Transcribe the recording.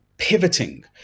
pivoting